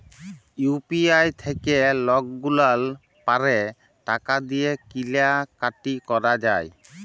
UPI থ্যাইকে লকগুলাল পারে টাকা দিঁয়ে কিলা কাটি ক্যরা যায়